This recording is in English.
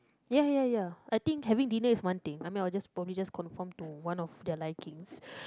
ya ya ya I think having dinner is one thing I mean I will just probably just conform to one of their likings